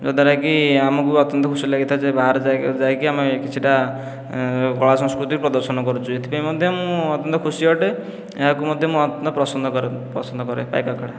ଯଦ୍ଵାରାକି ଆମକୁ ଅତ୍ୟନ୍ତ ଖୁସି ଲାଗିଥାଏ ଯେ ବାହାରେ ଯାଇକି ଆମେ କିଛିଟା କଳା ସଂସ୍କୃତି ପ୍ରଦର୍ଶନ କରୁଛୁ ଏଥିପାଇଁ ମଧ୍ୟ ମୁଁ ଅତ୍ୟନ୍ତ ଖୁସି ଅଟେ ଏହାକୁ ମଧ୍ୟ ମୁଁ ଅତ୍ୟନ୍ତ ପସନ୍ଦ କରେ ପସନ୍ଦ କରେ ପାଇକ ଆଖଡ଼ା